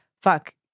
fuck